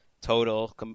total